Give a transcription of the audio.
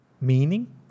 meaning